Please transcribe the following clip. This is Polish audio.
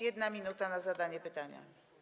1 minuta na zadanie pytania.